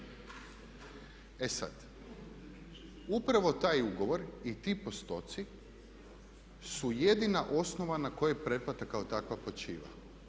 E sada, upravo taj ugovor i ti postoci su jedina osnova na kojoj pretplata kao takva počiva.